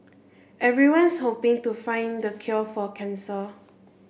everyone's hoping to find the cure for cancer